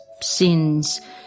sins